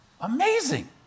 Amazing